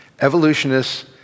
Evolutionists